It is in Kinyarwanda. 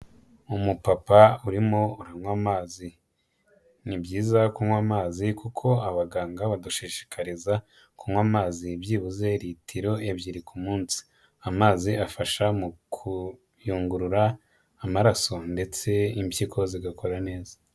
Umupapa urimo uranywa amazi ni byiza kunywa amazi kuko abaganga badushishikariza kunywa amazi byibuze litiro ebyiri ku munsi, amazi afasha mu kuyungurura amaraso ndetse impyiko zigakora neza.